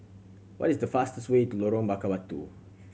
what is the fastest way to Lorong Bakar Batu